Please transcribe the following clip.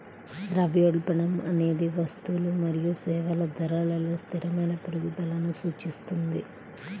ద్రవ్యోల్బణం అనేది వస్తువులు మరియు సేవల ధరలలో స్థిరమైన పెరుగుదలను సూచిస్తుంది